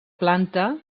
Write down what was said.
planta